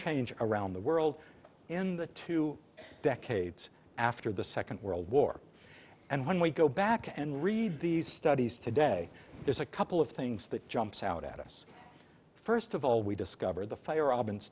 change around the world in the two decades after the second world war and when we go back and read these studies today there's a couple of things that jumps out at us first of all we discovered the fire a